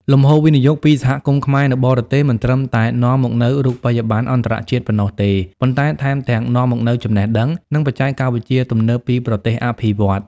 លំហូរវិនិយោគពីសហគមន៍ខ្មែរនៅបរទេស មិនត្រឹមតែនាំមកនូវរូបិយប័ណ្ណអន្តរជាតិប៉ុណ្ណោះទេ ប៉ុន្តែថែមទាំងនាំមកនូវចំណេះដឹង និងបច្ចេកវិទ្យាទំនើបពីប្រទេសអភិវឌ្ឍន៍។